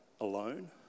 alone